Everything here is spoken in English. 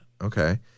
Okay